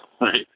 Right